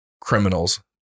criminals